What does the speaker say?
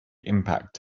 impact